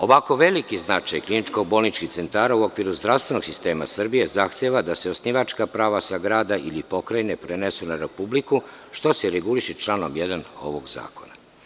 Ovako veliki značaj kliničko-bolničkih centara u okviru zdravstvenog sistema Srbije, zahteva da se osnivačka prava sa grada ili pokrajine prenesu na republiku, što se reguliše članom 1. ovog zakona.